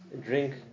drink